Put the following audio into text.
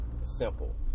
simple